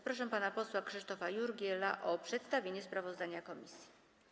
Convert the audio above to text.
Proszę pana posła Krzysztofa Jurgiela o przedstawienie sprawozdania komisji.